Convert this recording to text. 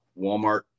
Walmart